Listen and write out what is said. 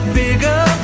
bigger